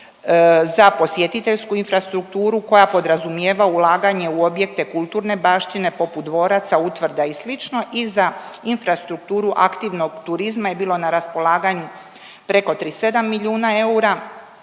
za posjetiteljsku infrastrukturu koja podrazumijeva ulaganje u objekte kulturne baštine poput dvoraca, utvrda i slično i za infrastrukturu aktivnog turizma je bilo na raspolaganju preko 37 milijuna eura